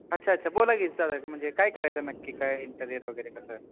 अच्छा अच्छा बोला की म्हणजे काय करायचं आहे नक्की काय इंटरियर वगैरे कसं